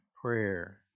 prayer